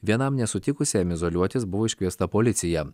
vienam nesutikusiam izoliuotis buvo iškviesta policija